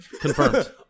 confirmed